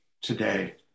today